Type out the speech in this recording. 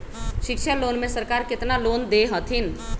शिक्षा लोन में सरकार केतना लोन दे हथिन?